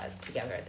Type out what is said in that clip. together